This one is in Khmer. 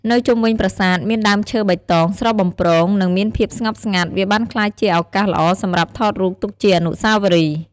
នៅជុំវិញប្រាសាទមានដើមឈើបៃតង ស្រស់បំព្រង និង មានភាពស្ងប់ស្ងាត់ វាបានក្លាយជាឱកាសល្អសម្រាប់ថតរូបទុកជាអនុស្សាវរីយ៍។